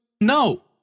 No